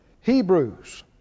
Hebrews